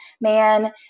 man